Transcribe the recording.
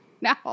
No